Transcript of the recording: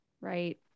Right